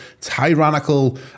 tyrannical